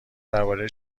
درباره